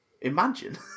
imagine